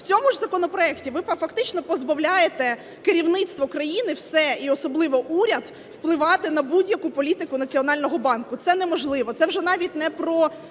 У цьому ж законопроекті ви фактично позбавляє керівництво країни все і особливо уряд впливати на будь-яку політику Національного банку. Це неможливо. Це вже навіть не про